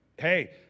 Hey